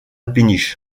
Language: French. péniche